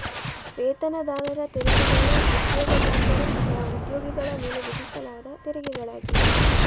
ವೇತನದಾರರ ತೆರಿಗೆಗಳು ಉದ್ಯೋಗದಾತರು ಅಥವಾ ಉದ್ಯೋಗಿಗಳ ಮೇಲೆ ವಿಧಿಸಲಾದ ತೆರಿಗೆಗಳಾಗಿವೆ